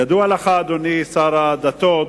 ידוע לך, אדוני שר הדתות,